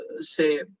say